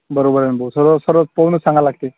बरोबर आहे ना भाऊ सर्व सर्व पाहूनच सांगावं लागते